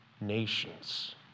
nations